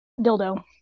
Dildo